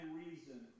reason